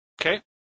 Okay